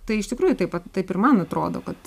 tai iš tikrųjų taip pat taip ir man atrodo kad